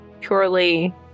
purely